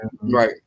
right